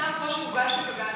מכתב כמו זה שהוגש לבג"ץ,